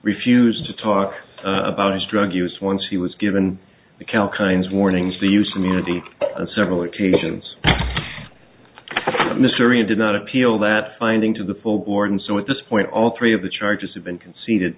refuse to talk about his drug use once he was given the cal kinds warnings the use of unity on several occasions mr ian did not appeal that finding to the full board and so at this point all three of the charges have been conceded